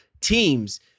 teams